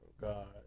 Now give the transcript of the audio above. God